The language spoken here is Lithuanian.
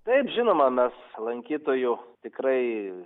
taip žinoma mes lankytojų tikrai